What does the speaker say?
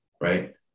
right